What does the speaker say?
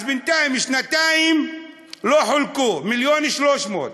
אז בינתיים שנתיים לא חולקו, 1.3 מיליון.